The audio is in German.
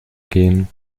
gehen